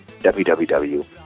www